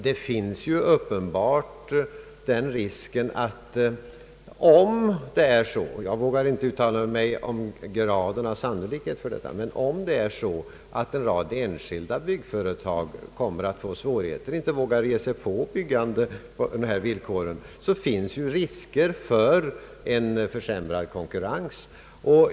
Det finns uppenbart den risken — jag vågar inte uttala mig om graden av sannolikhet för detta — att en rad enskilda byggföretag kommer att få svårigheter och inte vågar ge sig på byggande på dessa villkor, och då blir det en försämrad konkurrens.